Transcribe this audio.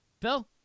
Phil